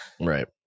Right